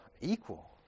equal